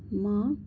म